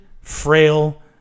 frail